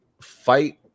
fight